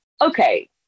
okay